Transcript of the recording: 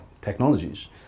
technologies